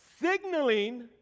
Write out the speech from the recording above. Signaling